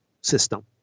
system